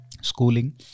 schooling